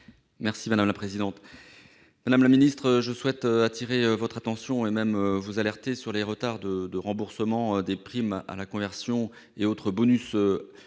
écologique et solidaire. Madame la ministre, je souhaite attirer votre attention, et même vous alerter, sur les retards de remboursement des primes à la conversion et autres bonus